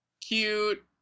cute